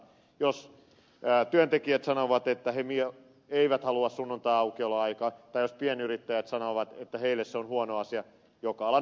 jos työntekijät sanovat että he eivät halua sunnuntaiaukioloaikaa tai jos pienyrittäjät sanovat että heille se on huono asia joka alan asiantuntija ed